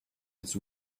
its